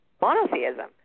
monotheism